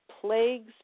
plagues